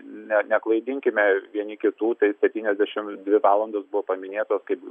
ne neklaidinkime vieni kitų tai septyniasdešimts dvi valandos buvo paminėtos kaip